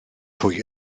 hwy